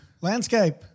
landscape